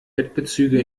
bettbezüge